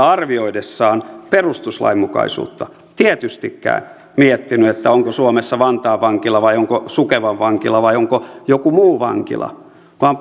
arvioidessaan perustuslainmukaisuutta tietystikään miettinyt onko se suomessa vantaan vankila vai onko sukevan vankila vai onko joku muu vankila vaan